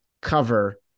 cover